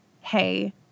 hey